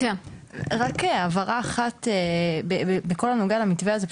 רק הבהרה אחת בכל הנוגע למתווה הזה,